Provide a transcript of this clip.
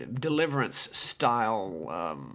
deliverance-style